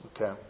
Okay